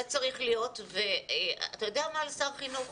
זה צריך להיות לשר חינוך,